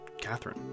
Catherine